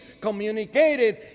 communicated